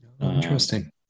Interesting